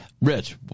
Rich